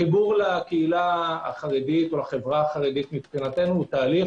החיבור לקהילה החרדית הוא תהליך,